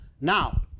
Now